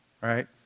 right